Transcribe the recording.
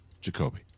jacoby